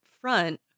front